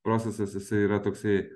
procesas jisai yra toksai